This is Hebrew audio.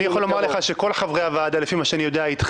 אני יכול לומר לך שכל חברי הוועדה אתכם,